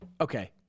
okay